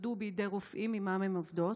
שהוטרדו בידי רופאים שעימם הן עובדות,